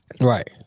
right